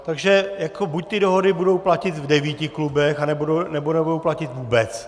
Takže buď ty dohody budou platit v devíti klubech, anebo nebudou platit vůbec.